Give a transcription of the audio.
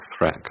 threat